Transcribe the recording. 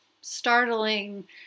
startling